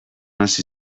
hasi